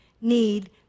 need